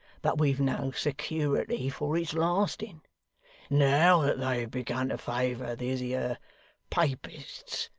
but we've no security for its lasting. now that they've begun to favour these here papists,